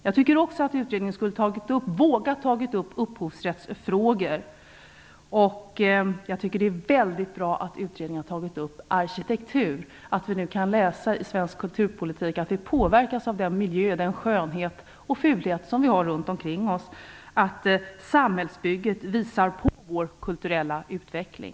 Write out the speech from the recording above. Jag tycker också att utredningen skulle ha vågat att ta upp upphovsrättsfrågor. Det är väldigt bra att utredningen har behandlat arkitektur, att det nu ingår i svensk kulturpolitik att vi påverkas av den miljö, den skönhet och den fulhet som vi har runt omkring oss samt att samhällsbygget visar på vår kulturella utveckling.